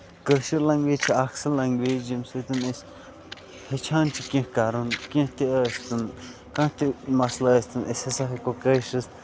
کٲشِر language چھُ اکھ سۄ لینگویج ییٚمہِ سۭتۍ أسۍ ہیٚچھان چھ کیٚنہہ کَرُن کیٚنہہ تہِ ٲسۍ تن کانہہ تہِ مَسلہٕ ٲسۍ تن اَسہِ ہسا ہٮ۪کو کٲشرِس